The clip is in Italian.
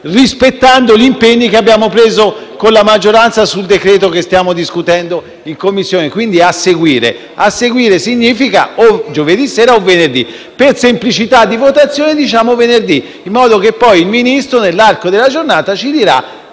rispettando gli impegni che abbiamo preso con la maggioranza sul decreto che stiamo discutendo in Commissione, quindi a seguire, il che significa o giovedì sera o venerdì. Per semplicità di votazione noi proponiamo venerdì, in modo che il Ministro, nell'arco della giornata,